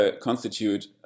constitute